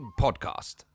Podcast